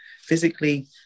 physically